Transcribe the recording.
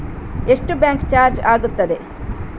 ಎಷ್ಟು bank charge ಆಗುತ್ತದೆ?